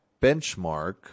benchmark